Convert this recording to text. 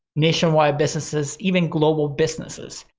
nationwide businesses, even global businesses.